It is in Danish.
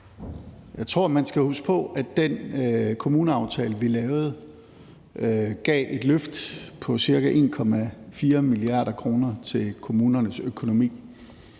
Jeg tror, man skal huske på, at den kommuneaftale, vi lavede, gav et løft på ca. 1,4 mia. kr. til kommunernes økonomi.